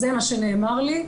זה מה שנאמר לי.